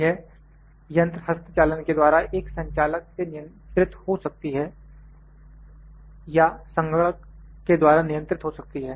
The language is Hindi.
यह यंत्र हस्तचालन के द्वारा एक संचालक से नियंत्रित हो सकती है या संगणक के द्वारा नियंत्रित हो सकती है